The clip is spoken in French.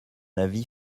avis